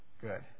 Good